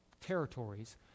territories